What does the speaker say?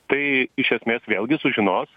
tai iš esmės vėlgi sužinos